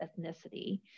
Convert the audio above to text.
ethnicity